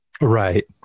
Right